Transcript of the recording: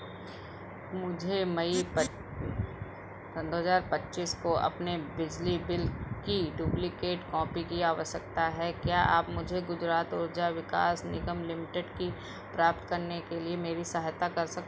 मुझे मई पच्ची दो हज़ार पच्चीस को अपने बिजली बिल की डुप्लिकेट कॉपी की आवश्यकता है क्या आप मुझे गुजरात ऊर्जा विकास निगम लिमिटेड की प्राप्त करने के लिए मेरी सहायता कर सक